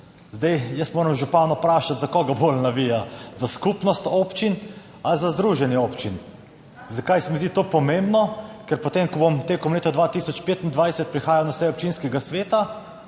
Zdaj moram župana vprašati, za koga bolj navija, za skupnost občin ali za združenje občin? Zakaj se mi zdi to pomembno? Ker potem, ko bom tekom leta 2025 prihajal na sejo občinskega sveta,